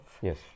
Yes